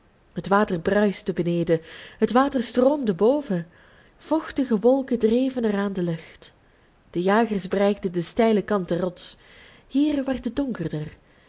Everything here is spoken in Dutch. het water bruiste beneden het water stroomde boven vochtige wolken dreven eraan de lucht de jagers bereikten den steilen kant der rots hier werd het donkerder